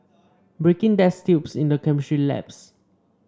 breaking test tubes in the chemistry labs